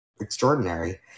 extraordinary